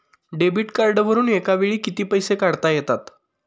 Debit कार्डवरुन एका वेळी किती पैसे काढता येतात?